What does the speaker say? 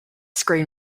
screen